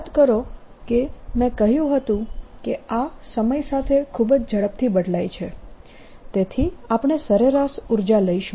યાદ કરો કે મેં કહ્યું હતું કે આ સમય સાથે ખૂબ જ ઝડપથી બદલાય છે તેથી આપણે સરેરાશ ઊર્જા લઈશું